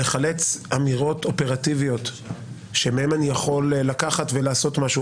לחלץ אמירות אופרטיביות שמהן אני יכול לקחת ולעשות משהו,